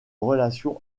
relation